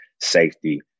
safety